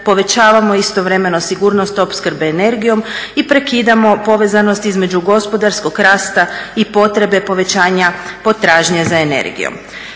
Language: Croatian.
povećavamo istovremeno sigurnost opskrbe energijom i prekidamo povezanost između gospodarskog rasta i potrebe povećanja potražnje za energijom.